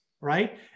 right